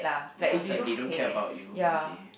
it feels like they don't care about you okay